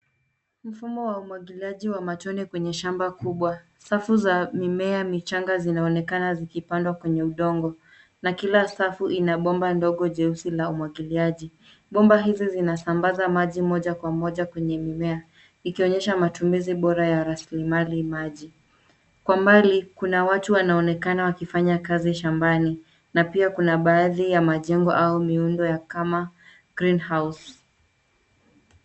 Mfumo wa umwagiliaji wa matone kwenye shamba kubwa, safu za mimea michanga zinaonekana zikipandwa kwenye udongo, na kila safu ina bomba ndogo jeusi la umwagiliaji. Bomba hizi zinasambaza maji moja kwa moja kwenye mimea ikonyesha matumizi bora ya rasilimali maji. Kwa mbali kuna watu wanaonekana wakifanya kazi shambani na pia kuna baadhi ya majengo au miundo ya kama greenhouse .